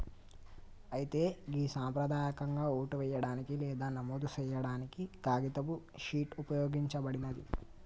అయితే గి సంప్రదాయకంగా ఓటు వేయడానికి లేదా నమోదు సేయాడానికి కాగితపు షీట్ ఉపయోగించబడినాది